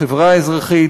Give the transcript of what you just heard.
בחברה האזרחית,